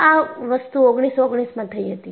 આ વસ્તુ 1919 માં થઈ હતી